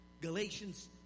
Galatians